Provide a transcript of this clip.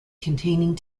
containing